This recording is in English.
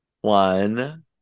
One